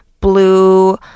blue